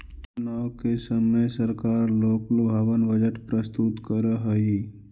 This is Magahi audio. चुनाव के समय सरकार लोकलुभावन बजट प्रस्तुत करऽ हई